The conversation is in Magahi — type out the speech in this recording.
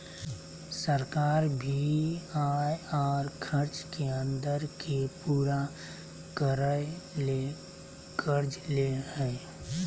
सरकार भी आय और खर्च के अंतर के पूरा करय ले कर्ज ले हइ